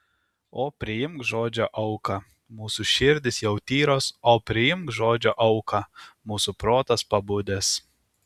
o priimk žodžio auką mūsų širdys jau tyros o priimk žodžio auką mūsų protas pabudęs